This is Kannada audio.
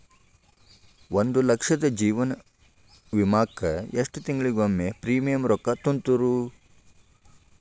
ಒಂದ್ ಲಕ್ಷದ ಜೇವನ ವಿಮಾಕ್ಕ ಎಷ್ಟ ತಿಂಗಳಿಗೊಮ್ಮೆ ಪ್ರೇಮಿಯಂ ರೊಕ್ಕಾ ತುಂತುರು?